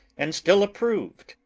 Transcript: and still approv'd,